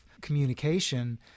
communication